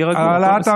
תירגעו.